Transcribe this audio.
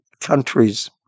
countries